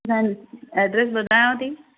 न एड्रैस ॿुधायांव थी